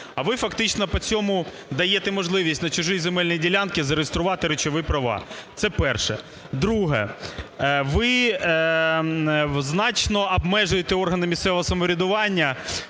А ви фактично по цьому даєте можливість на чужій земельній ділянці реєструвати речові права. Це перше. Друге. Ви значно обмежуєте органи місцевого самоврядування.